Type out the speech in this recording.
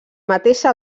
mateixa